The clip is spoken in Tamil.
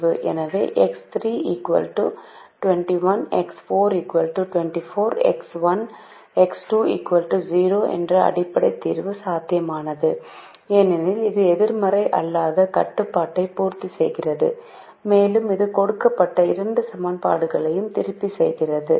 எனவே X3 21 X4 24 X1 X2 0 என்ற அடிப்படை தீர்வு சாத்தியமானது ஏனெனில் இது எதிர்மறை அல்லாத கட்டுப்பாட்டை பூர்த்தி செய்கிறது மேலும் இது கொடுக்கப்பட்ட இரண்டு சமன்பாடுகளையும் திருப்தி செய்கிறது